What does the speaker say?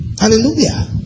Hallelujah